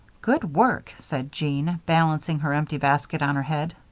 good work, said jean, balancing her empty basket on her head.